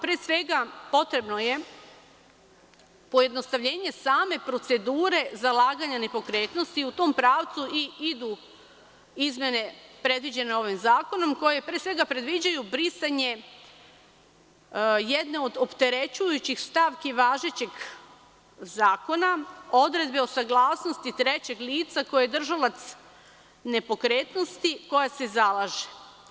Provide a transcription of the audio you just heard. Pre svega, potrebno je pojednostavljenje same procedure zalaganja nepokretnosti, u tom pravcu i idu izmene predviđene ovim zakonom, koje, pre svega predviđaju, brisanje jedne od opterećujućih stavki važećeg zakona, Odredbe o saglasnosti trećeg lica koje je držalac nepokretnosti koja se zalaže.